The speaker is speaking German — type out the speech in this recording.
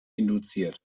induziert